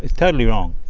totally wrong.